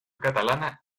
catalana